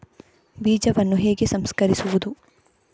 ಬೀಜವನ್ನು ಹೇಗೆ ಸಂಸ್ಕರಿಸುವುದು?